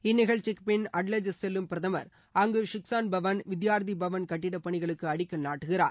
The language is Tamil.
இந்நிகழ்ச்சிக்கு பின் அடலஜ் செல்லும் பிரதமர் அங்கு ஷிக்ஷன் பவன் வித்தியார்த்தி பவன் கட்டிட பணிகளுக்கு அடிக்கல் நாட்டுகிறார்